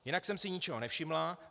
Jinak jsem si ničeho nevšimla.